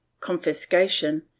confiscation